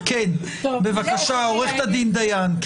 בבקשה, עורכת הדין דיין.